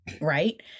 Right